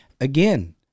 Again